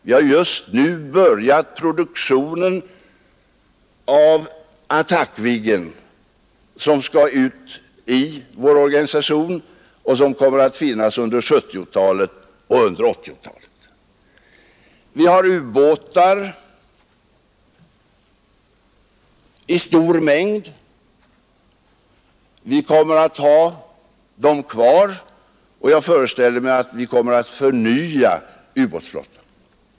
Vi har just nu börjat produktionen av Attackviggen som skall ut i vår organisation och som kommer att finnas under 1970-talet och under 1980-talet. Vi har ubåtar i stor mängd. Vi kommer att ha dem kvar, och jag föreställer mig att vi kommer att förnya ubåtsflottan.